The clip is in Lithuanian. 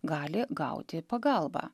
gali gauti pagalbą